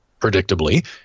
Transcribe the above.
predictably